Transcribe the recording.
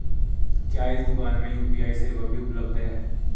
क्या इस दूकान में यू.पी.आई सेवा भी उपलब्ध है?